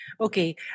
Okay